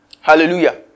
Hallelujah